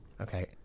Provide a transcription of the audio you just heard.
Okay